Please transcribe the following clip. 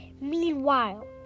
Meanwhile